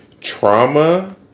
Trauma